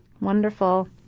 Wonderful